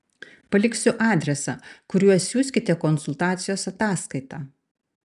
paliksiu adresą kuriuo siųskite konsultacijos ataskaitą